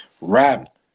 Rap